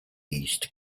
east